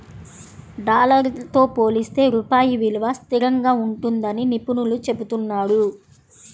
dollar తో పోలిస్తే రూపాయి విలువ స్థిరంగా ఉంటుందని నిపుణులు చెబుతున్నారు